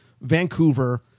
Vancouver